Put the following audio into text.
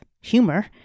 humor